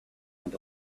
went